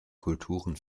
kulturen